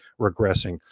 regressing